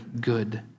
good